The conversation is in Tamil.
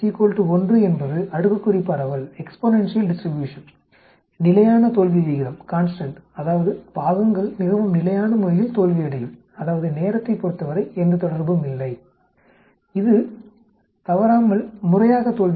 1 என்பது அடுக்குக்குறி பரவல் நிலையான தோல்வி விகிதம் அதாவது பாகங்கள் மிகவும் நிலையான முறையில் தோல்வியடையும் அதாவது நேரத்தைப் பொறுத்தவரை எந்த தொடர்பும் இல்லை அது தவறாமல் முறையாக தோல்வியடையும்